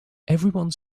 everyone